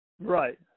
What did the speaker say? Right